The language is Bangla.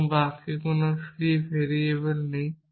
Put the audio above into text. এবং বাক্যে কোন ফ্রি ভেরিয়েবল নেই